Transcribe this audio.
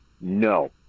No